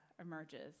emerges